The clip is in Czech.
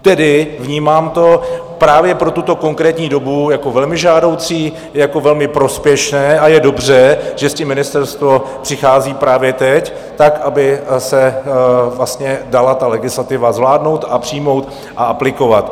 Tedy vnímám to právě pro tuto konkrétní dobu jako velmi žádoucí, jako velmi prospěšné a je dobře, že s tím ministerstvo přichází právě teď tak, aby se dala ta legislativa zvládnout a přijmout a aplikovat.